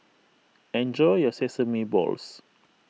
enjoy your Sesame Balls